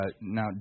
now